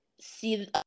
see